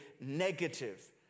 negative